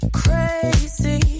crazy